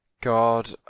God